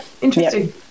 interesting